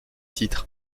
titre